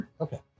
Okay